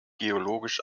geologisch